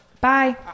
Bye